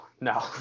no